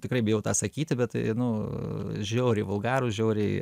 tikrai bijau tą sakyti bet nu žiauriai vulgarūs žiauriai